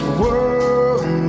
world